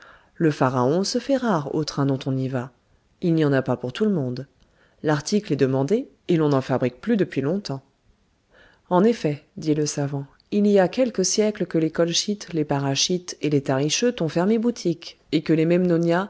le pharaon se fait rare au train dont on y va il n'y en a pas pour tout le monde l'article est demandé et l'on n'en fabrique plus depuis longtemps en effet dit le savant il y a quelques siècles que les colchytes les paraschistes et les tarischeutes ont fermé boutique et que les